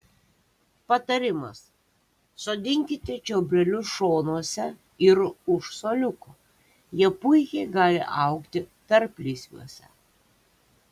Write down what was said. patarimas sodinkite čiobrelius šonuose ir už suoliuko jie puikiai gali augti tarplysviuose